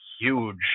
huge